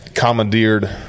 Commandeered